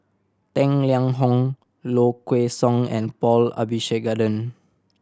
Tang Liang Hong Low Kway Song and Paul Abisheganaden